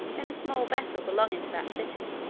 in a small vessel belonging to that city.